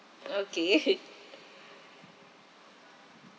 okay